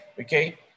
okay